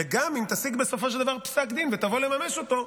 וגם אם תשיג בסופו של דבר פסק דין ותבוא לממש אותו,